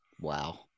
Wow